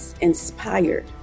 inspired